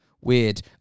weird